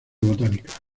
botánica